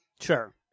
Sure